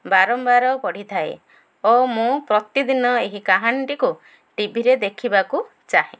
ବାରମ୍ବାର ପଢ଼ିଥାଏ ଓ ମୁଁ ପ୍ରତିଦିନ ଏହି କାହାଣୀଟିକୁ ଟିଭିରେ ଦେଖିବାକୁ ଚାହେଁ